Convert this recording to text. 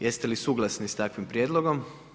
Jeste li suglasni s takvim prijedlogom?